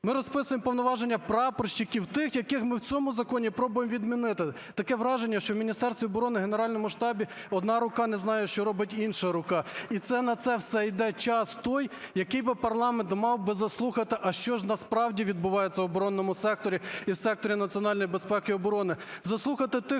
ми розписуємо повноваження прапорщиків тих, яких ми в цьому законі пробуємо відмінити. Таке враження, що в Міністерстві оборони і Генеральному штабі одна рука не знає, що робить інша рука. І це на все йде час той, який би парламент мав би заслухати, а що ж насправді відбувається в оборонному секторі і в секторі національної безпеки і оборони,